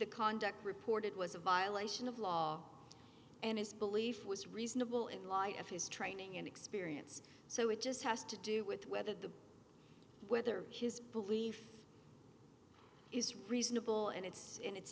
the conduct reported was a violation of law and his belief was reasonable in light of his training and experience so it just has to do with whether the whether his beliefs is reasonable and it's in it